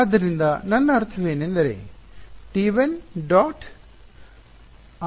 ಆದ್ದರಿಂದ ನನ್ನ ಅರ್ಥವೇನೆಂದರೆ ಇದು